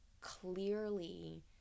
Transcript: clearly